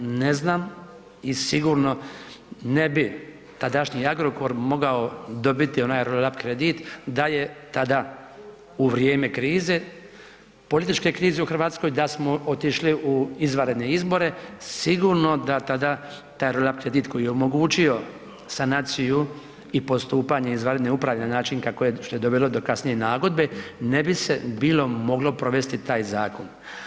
Ne znam i sigurno ne bi tadašnji Agrokor mogao dobiti onaj roll up kredit da je tada u vrijeme krize, političke krize u Hrvatskoj da smo otišli u izvanredne izbore, sigurno da tada taj roll up kredit koji je omogućio sanaciju i postupanje izvanredne uprave na način kako je što je dovelo do kasnije nagodbe ne bi se bilo moglo provesti taj zakon.